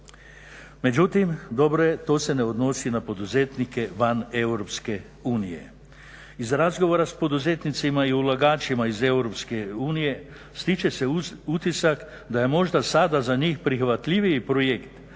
Međutim dobro je, to se ne odnosi na poduzetnike van EU. Iz razgovora s poduzetnicima i ulagačima iz EU stječe se utisak da je možda sada za njih prihvatljiviji projekt